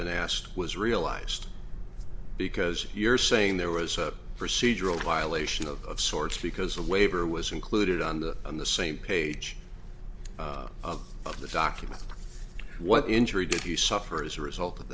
been asked was realized because you're saying there was a procedural violation of sorts because a waiver was included on the on the same page of the document what injury did you suffer as a result of